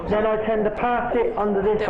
אומרים שהאינטליגנציה שלהם כמו של ילד בן